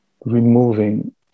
removing